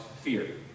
fear